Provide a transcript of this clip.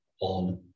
on